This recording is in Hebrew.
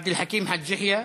עבד אל חכים חאג' יחיא,